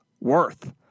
worth